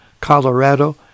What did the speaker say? Colorado